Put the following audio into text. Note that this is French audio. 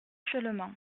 seulement